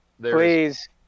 Please